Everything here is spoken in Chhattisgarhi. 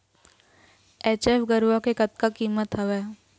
एच.एफ गरवा के कतका कीमत हवए?